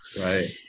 Right